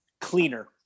Cleaner